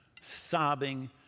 sobbing